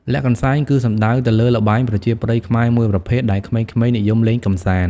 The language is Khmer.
លាក់កន្សែង គឺសំដៅទៅលើល្បែងប្រជាប្រិយខ្មែរមួយប្រភេទដែលក្មេងៗនិយមលេងកម្សាន្ត ។